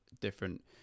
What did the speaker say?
different